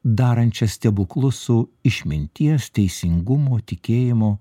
darančią stebuklus su išminties teisingumo tikėjimo